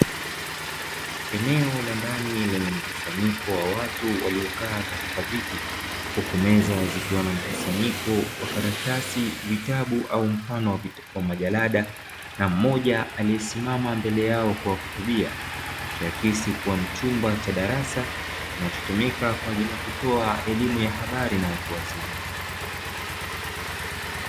Eneo la ndani lenye mkusanyiko wa watu waliokaa katika viti, huku meza zikiwa na mkusanyiko wa karatasi, vitabu au mfano wa majarada na mmoja aliyesimama mbele yao kuwahutubia ikiakisi kuwa ni chumba cha darasa kinachotumika kwa ajili ya kutoa elimu ya habari na watu wazima.